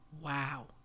wow